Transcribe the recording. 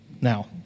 Now